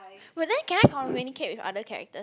but then can I communicate with other characters